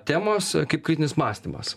temos kaip kritinis mąstymas